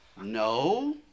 No